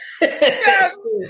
Yes